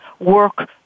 work